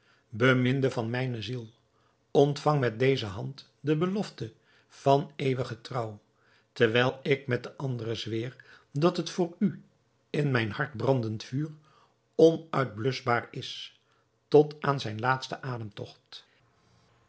beminde van mijne ziel ontvang met deze hand de belofte van eeuwige trouw terwijl ik met de andere zweer dat het voor u in mijn hart brandend vuur onuitbluschbaar is tot aan zijn laatsten